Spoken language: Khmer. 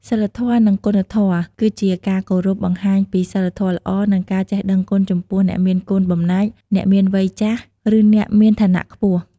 សីលធម៌ និងគុណធម៌គឺជាការគោរពបង្ហាញពីសីលធម៌ល្អ និងការចេះដឹងគុណចំពោះអ្នកមានគុណបំណាច់ អ្នកមានវ័យចាស់ ឬអ្នកមានឋានៈខ្ពស់។